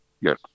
Yes